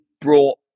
brought